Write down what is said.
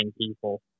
people